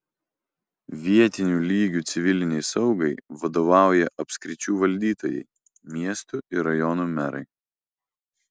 vietiniu lygiu civilinei saugai vadovauja apskričių valdytojai miestų ir rajonų merai